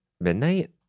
midnight